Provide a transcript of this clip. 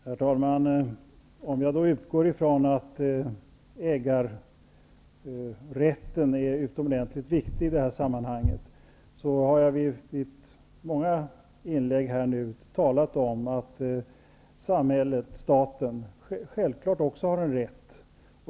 Herr talman! Om jag utgår från att ägarrätten är utomordentligt viktig i detta sammanhang, har jag nu i många inlägg talat om att samhället, staten, självklart också har en rätt.